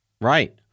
Right